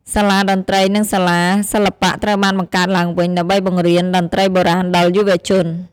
សាលាតន្ត្រី និងសាលាសិល្បៈត្រូវបានបង្កើតឡើងវិញ ដើម្បីបង្រៀនតន្ត្រីបុរាណដល់យុវជន។